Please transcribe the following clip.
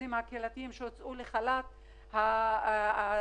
במרכזים הקהילתיים הוצאו לחל"ת והאוכלוסייה